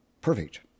perfect